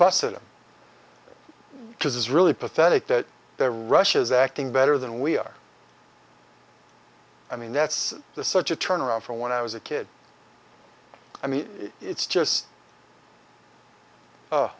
bus it because it's really pathetic that their russia is acting better than we are i mean that's the such a turnaround from when i was a kid i mean it's just